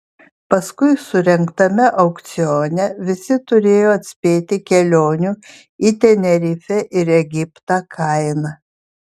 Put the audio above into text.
paskui surengtame aukcione visi turėjo atspėti kelionių į tenerifę ir egiptą kainą